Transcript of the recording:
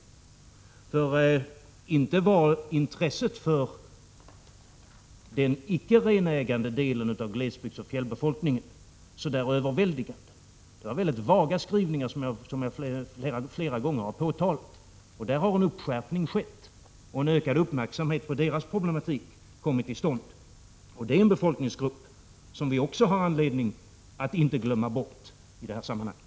För inte var intresset för den ickerenägande delen av glesbygdsoch fjällbefolkningen så överväldigande! Skrivningarna var väldigt vaga, såsom jag flera gånger har påtalat. Där har en skärpning skett och en ökad uppmärksamhet på deras problematik kommit till stånd. Det är en befolkningsgrupp som vi också har anledning att inte glömma bort i det här sammanhanget.